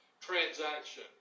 transaction